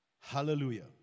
Hallelujah